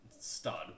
Stud